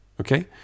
Okay